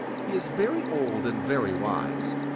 he is very old and very wise.